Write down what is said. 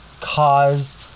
cause